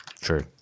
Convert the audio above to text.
True